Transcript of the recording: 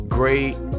Great